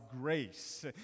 grace